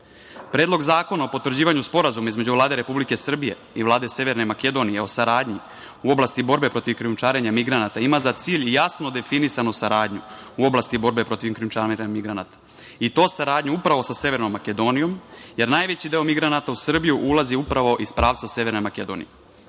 zakona o potvrđivanju Sporazuma između Vlade Republike Srbije i Vlade Severne Makedonije o saradnji u oblasti borbe protiv krijumčarenja migranata ima za cilj jasno definisanu saradnju u oblasti borbe protiv krijumčarenja migranata i to saradnju upravo sa Severnom Makedonijom, jer najveći deo migranata u Srbiju ulazi upravo iz pravca Severne Makedonije. Moram,